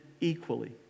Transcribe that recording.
equally